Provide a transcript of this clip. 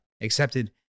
accepted